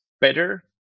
better